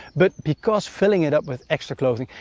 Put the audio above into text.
but because filling it up with extra clothing,